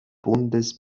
bundes